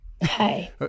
hey